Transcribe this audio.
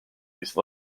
these